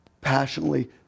passionately